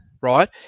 right